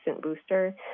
booster